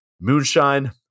moonshine